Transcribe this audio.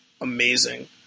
amazing